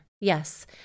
Yes